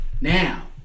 Now